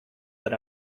but